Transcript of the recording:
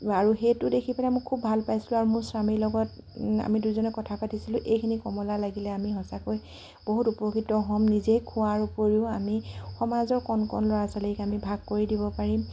আৰু সেইটো দেখি পেলাই মই খুব ভাল পাইছিলোঁ আৰু মোৰ স্বামী লগত আমি দুইজনে কথা পাতিছিলোঁ এইখিনি কমলা লাগিলে আমি সঁচাকৈ বহুত উপকৃত হ'ম নিজে খোৱাৰ ওপৰিও আমি সমাজৰ কণ কণ ল'ৰা ছোৱালীক আমি ভাগ কৰি দিব পাৰিম